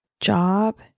Job